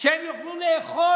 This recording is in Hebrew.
כדי שהם יוכלו לאכול,